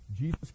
Jesus